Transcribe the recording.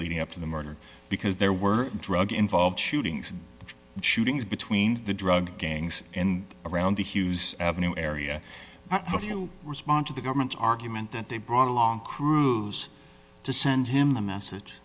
leading up to the murder because there were drug involved shootings and shootings between the drug gangs and around the hughes avenue area if you respond to the government's argument that they brought along crews to send him the message